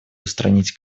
устранить